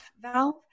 valve